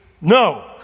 no